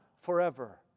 forever